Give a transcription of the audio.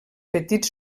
petits